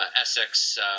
Essex